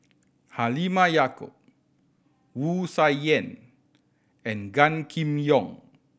Halimah Yacob Wu Tsai Yen and Gan Kim Yong